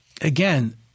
again